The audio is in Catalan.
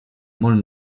molt